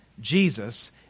Jesus